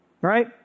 Right